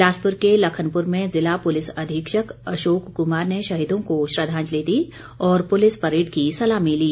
बिलासपुर के लखनपुर में ज़िला पुलिस अधीक्षक अशोक कुमार ने शहीदों को श्रद्धांजलि दी और पुलिस परेड़ की सलामी ली